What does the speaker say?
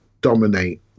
dominate